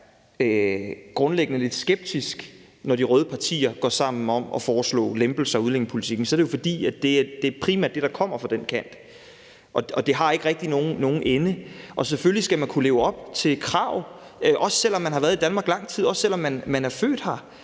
grundlæggende er lidt skeptisk, når de røde partier går sammen om at foreslå lempelser af udlændingepolitikken, er det jo, fordi det primært er det, der kommer fra den kant, og det har ikke rigtig nogen ende. Det var det, jeg mente. Selvfølgelig skal man kunne leve op til krav, også selv om man har været i Danmark i lang tid, også selv om man er født her;